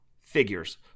figures